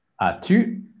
As-tu